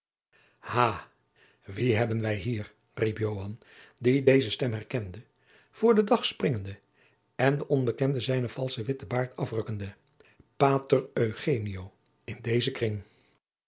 ha wien hebben wij hier riep joan die deze stem herkende voor den dag springende en den onbekende zijnen valschen witten baard afrukkende pater eugenio in dezen kring